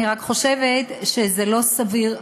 אני רק חושבת שזה לא סביר.